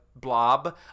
blob